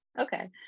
Okay